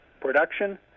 Production